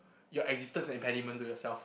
your existence an impediment to yourself